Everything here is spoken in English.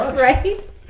Right